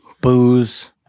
Booze